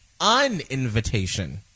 un-invitation